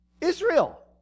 Israel